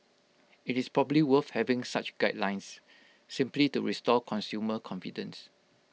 IT is probably worth having such guidelines simply to restore consumer confidence